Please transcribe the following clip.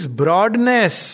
broadness